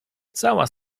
cała